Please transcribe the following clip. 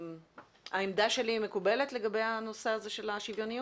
העמדה שלי מקובלת בעניין הנושא של השוויונית?